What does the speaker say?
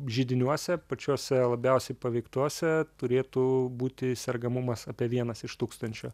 židiniuose pačiuose labiausiai paveiktuose turėtų būti sergamumas apie vienas iš tūkstančio